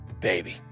baby